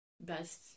best